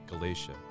Galatia